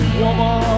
woman